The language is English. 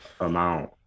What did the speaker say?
amount